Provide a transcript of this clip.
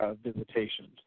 visitations